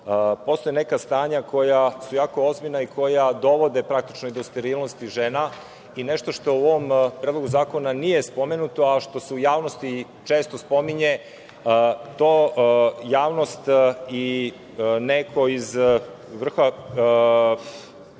postoje neka stanja koja su jako ozbiljna i koja dovode, praktično, i do sterilnosti žena i nešto što u ovom Predlogu zakona nije spomenuto, a što se u javnosti često spominje, to javnost i neko iz vrha